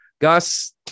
Gus